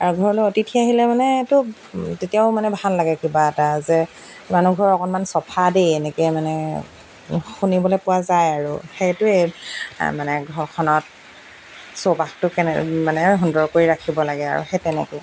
আৰু ঘৰলৈ অতিথি আহিলে মানেতো তেতিয়াও মানে ভাল লাগে কিবা এটা যে মানুহ ঘৰ অকণমান চফা দেই এনেকৈ মানে শুনিবলৈ পোৱা যায় আৰু সেইটোৱেই মানে ঘৰখনত চৌপাশটো কেনে মানে সুন্দৰ কৰি ৰাখিব লাগে আৰু সেই তেনেকৈ